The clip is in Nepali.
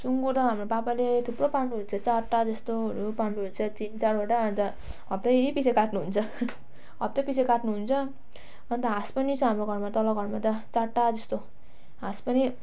सुँगुर त हाम्रो पापाले थुप्रो पाल्नु हुन्छ चारवटा जस्तोहरू पाल्नु हुन्छ तिन चारवटा अन्त हप्तै पछि काट्नु हुन्छ हप्तै पछि काट्नु हुन्छ अन्त हाँस पनि छ हाम्रो घरमा त तल घरमा त चारवटा जस्तो हाँस पनि